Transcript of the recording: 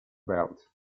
belt